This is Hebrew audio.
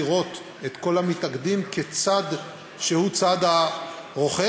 יש לראות את כל המתאגדים כצד שהוא צד הרוכש,